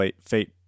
fate